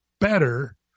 better